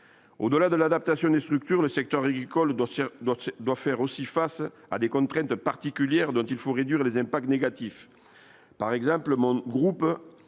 au delà de l'adaptation des structures, le secteur agricole d'anciens doit faire aussi face à des contraintes particulières dont il faut réduire les impacts négatifs, par exemple, mon groupe